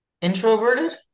Introverted